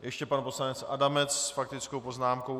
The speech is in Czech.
Ještě pan poslanec Adamec s faktickou poznámkou.